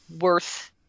worth